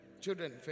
children